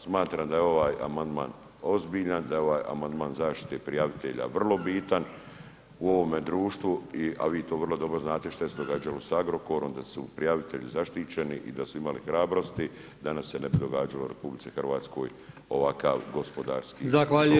Smatram da je ovaj amandman ozbiljan, da je ovaj amandman zaštite prijavitelja vrlo bitan u ovome društvu a vi to vrlo dobro znate šta se događalo sa Agrokorom, da su prijavitelji zaštićeni i da su imali hrabrosti, danas se ne bi događalo u RH ovakav gospodarski ... hvala, tražim glasanje.